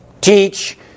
teach